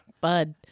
bud